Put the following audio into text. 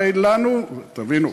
הרי לנו, תבינו,